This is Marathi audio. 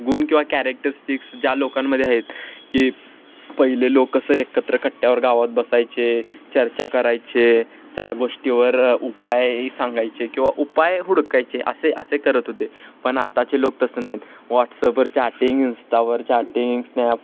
गुण किंवा कॅरेक्टरस्टिक्स ज्या लोकांमध्ये आहेत की पहिले लोक कसं एकत्र कट्ट्यावर गावात बसायचे चर्चा करायचे त्या गोष्टीवर उपाय सांगायचे किंवा उपाय हुडकायचे असे असे करत होते पण आताचे लोक तसं नाही आहेत व्हॉट्सअपवर चॅटिंग इंस्टावर चॅटिंग स्नॅप